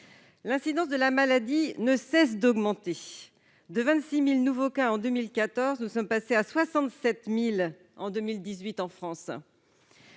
L'incidence de la maladie ne cesse d'augmenter : de 26 000 nouveaux cas en 2014, nous sommes passés à 67 000 en 2018 en France.